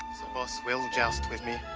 boss will joust with me,